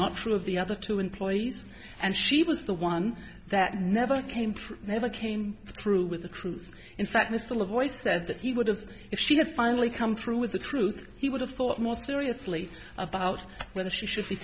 of the other two employees and she was the one that never came true never came through with the truth in fact mr low voice said that he would have if she had finally come through with the truth he would have thought more seriously about whether she should be